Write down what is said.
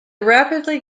rapidly